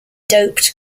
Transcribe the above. doped